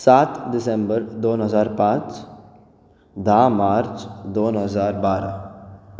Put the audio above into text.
सात डिसेंबर दोन हजार पांच धा मार्च दोन हजार बारा